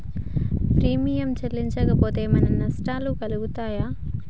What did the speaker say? Premium చెల్లించకపోతే ఏమైనా నష్టాలు కలుగుతయా?